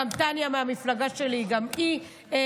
גם טטיאנה מהמפלגה שלי נמצאת,